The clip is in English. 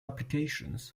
applications